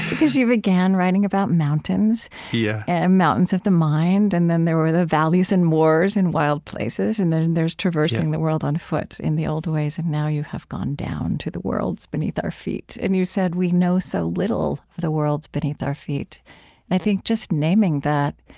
because you began writing about mountains yeah in mountains of the mind and then there were the valleys and moors in wild places and then there's traversing the world on foot in the old ways. and now you have gone down, to the worlds beneath our feet. and you said, we know so little of the worlds beneath our feet. and i think just naming that,